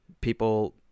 People